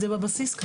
זה בבסיס.